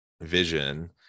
vision